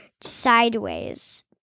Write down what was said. sideways